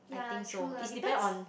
I think so is depend on